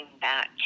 back